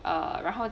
err 然后